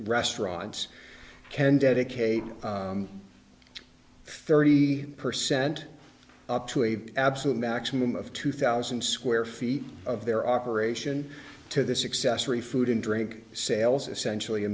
restaurants can dedicate thirty percent up to a absolute maximum of two thousand square feet of their operation to the successor a food and drink sales essentially a